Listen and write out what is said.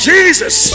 Jesus